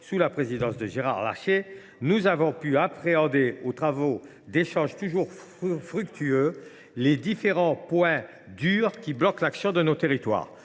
belles références !… nous avons pu appréhender, au travers d’échanges toujours fructueux, les différents points durs qui bloquent l’action de nos territoires.